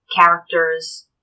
characters